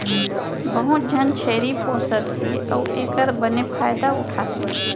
बहुत झन छेरी पोसत हें अउ एकर बने फायदा उठा थें